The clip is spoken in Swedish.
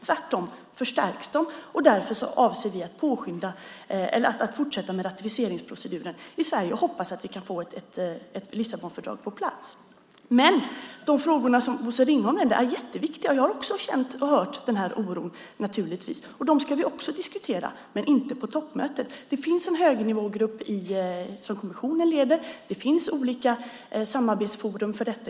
De förstärks tvärtom, och därför avser vi att fortsätta med ratificeringsproceduren i Sverige och hoppas att vi kan få Lissabonfördraget på plats. De frågor som Bosse Ringholm nämner är jätteviktiga. Jag har också känt och hört den här oron. Vi ska diskutera de frågorna också men inte på toppmötet. Det finns en högnivågrupp som kommissionen leder. Det finns olika samarbetsforum för detta.